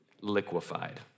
Liquefied